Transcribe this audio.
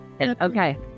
Okay